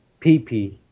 PP